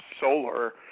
solar